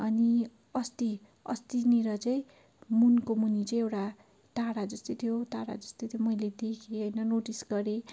अनि अस्ति अस्तिनिर चाहिँ मुनको मुनि चाहिँ एउटा तारा जस्तै थियो तारा जस्तै थियो मैले देखेँ होइन नोटिस गरेँ